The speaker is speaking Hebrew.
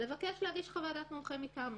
לבקש להגיש חוות דעת מומחה מטעמו.